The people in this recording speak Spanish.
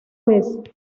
vez